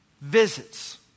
visits